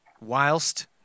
whilst